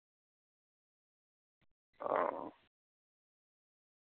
ہاں